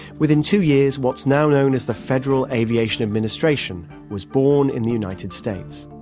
within two years what's now known as the federal aviation administration was born in the united states,